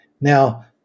now